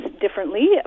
differently